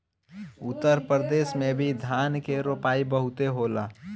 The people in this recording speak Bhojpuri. उत्तर प्रदेश में भी धान के रोपाई बहुते होला